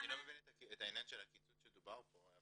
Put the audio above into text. אני לא מבין את העניין של הקיצוץ שדובר פה.